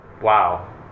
Wow